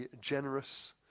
generous